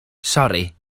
sori